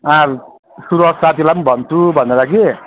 अँ सूरज साथीलाई पनि भन्छु भनेर कि